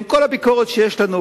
עם כל הביקורת שיש לנו,